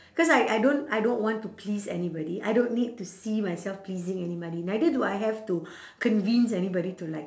cause I I don't I don't want to please anybody I don't need to see myself pleasing anybody neither do I have to convince anybody to like